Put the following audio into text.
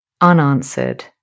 unanswered